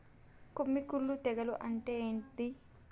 కొమ్మి కుల్లు తెగులు అంటే ఏంది?